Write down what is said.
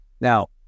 Now